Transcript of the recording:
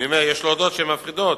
ואני אומר, יש להודות שהן מפחידות,